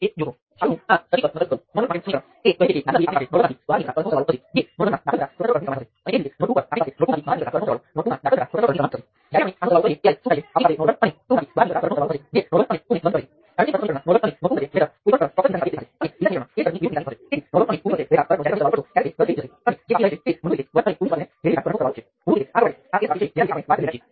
તેથી જો હું નોડ 1 માટે લખું તો નોડમાંથી વહેતા કરંટ માટે મારી પાસે આ રેઝિસ્ટરમાંથી V1 × G11 હશે નિયંત્રિત સ્ત્રોતમાંથી k × IX જેની બરાબર IX1 હશે સ્વતંત્ર સ્ત્રોત નોડ 1 માં દાખલ કરવામાં આવે છે